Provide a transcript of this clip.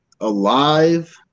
alive